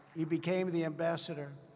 he became the ambassador.